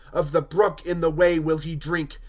of the brook, in the way, will he drink.